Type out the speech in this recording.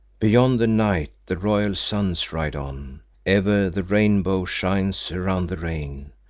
beyond the night the royal suns ride on ever the rainbow shines around the rain.